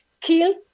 kill